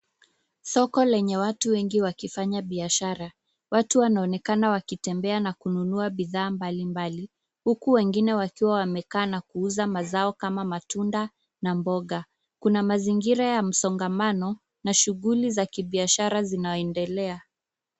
Soko lenye watu wengi wakifanya biashara. Watu wanaonekana wakitembea na kununua bidhaa mbalimbali. Huku wengine wakiwa wamekaa na kuuza mazao kama matunda na mboga. Kuna mazingira ya msongamano na shughuli za kibiashara zinaendelea.